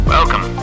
Welcome